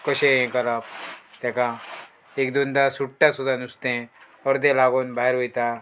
कशें हें करप तेका एक दोनदा सुट्टा सुद्दां नुस्तें अर्दें लागून भायर वयता